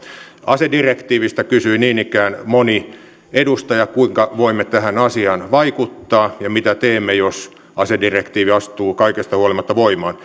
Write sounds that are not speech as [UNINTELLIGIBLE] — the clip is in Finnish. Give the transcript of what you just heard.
asedirektiivistä kysyi niin ikään moni edustaja kuinka voimme tähän asiaan vaikuttaa ja mitä teemme jos asedirektiivi astuu kaikesta huolimatta voimaan [UNINTELLIGIBLE]